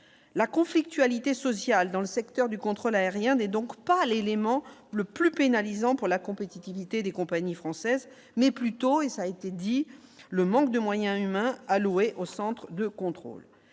la conflictualité sociale dans le secteur du contrôle aérien des donc pas l'élément le plus pénalisant pour la compétitivité des compagnies françaises mais plutôt et ça a été dit, le manque de moyens humains alloués au centre de contrôle